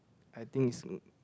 I think it's